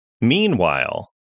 Meanwhile